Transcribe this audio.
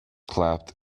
clapped